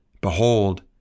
Behold